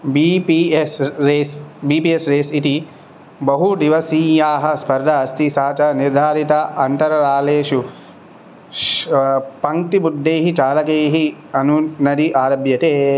B P S race B P S race इति बहुदिवसीया स्पर्धा अस्ति सा च निर्धारिता अन्तरालेषु श् पङ्क्तिबुद्धैः चालकैः अनुनदि आरभ्यते